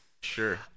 Sure